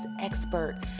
expert